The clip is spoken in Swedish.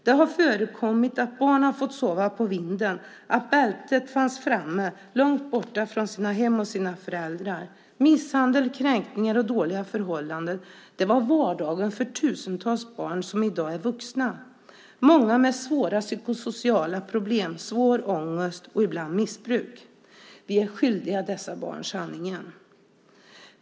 Det har förekommit att barn har fått sova på vinden och att bältet fanns framme när de var långt borta från sina hem och sina föräldrar. Misshandel, kränkningar och dåliga förhållanden var vardagen för tusentals barn som i dag är vuxna, många med svåra psykosociala problem, svår ångest och ibland missbruk. Vi är skyldiga dessa barn sanningen.